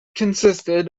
consisted